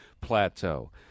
plateau